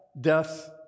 death